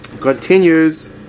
Continues